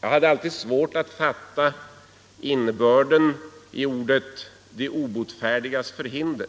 hade jag svårt att fatta innebörden i uttrycket ”de obotfärdigas förhinder”.